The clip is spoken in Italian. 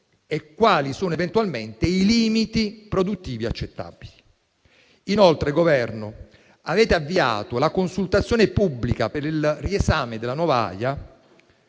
e quali siano eventualmente i limiti produttivi accettabili. Inoltre, rappresentanti del Governo, avete avviato la consultazione pubblica per il riesame della nuova